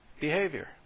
behavior